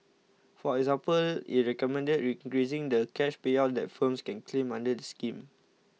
for example it recommended increasing the cash payout that firms can claim under the scheme